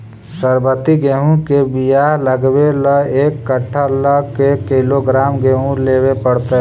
सरबति गेहूँ के बियाह लगबे ल एक कट्ठा ल के किलोग्राम गेहूं लेबे पड़तै?